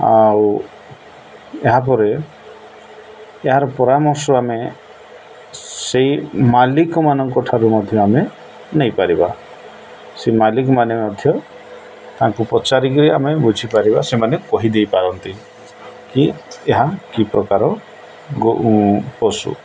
ଆଉ ଏହାପରେ ଏହାର ପରାମର୍ଶ ଆମେ ସେଇ ମାଲିକମାନଙ୍କ ଠାରୁ ମଧ୍ୟ ଆମେ ନେଇପାରିବା ସେ ମାଲିକମାନେ ମଧ୍ୟ ତାଙ୍କୁ ପଚାରିକରି ଆମେ ବୁଝିପାରିବା ସେମାନେ କହିଦେଇପାରନ୍ତି କି ଏହା କି ପ୍ରକାର ପଶୁ